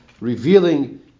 revealing